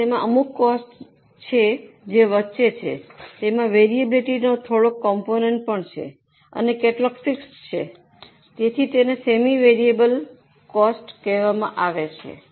હવે તેમાં અમુક કોસ્ટ છે જે વચ્ચે છે તેમાં વેરીએબિલીટીનો થોડો કોમ્પોનેન્ટ છે અને કેટલોક ફિક્સ્ડ છે તેથી તેને સેમી વેરિયેબલ કોસ્ટ કહેવામાં આવે છે